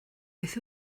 beth